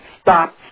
stop